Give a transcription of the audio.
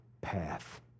path